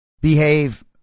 behave